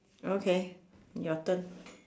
okay your turn